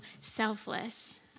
selfless